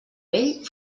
vell